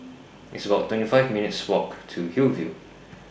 It's about twenty five minutes' Walk to Hillview